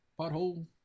Pothole